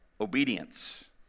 obedience